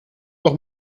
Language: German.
doch